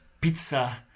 pizza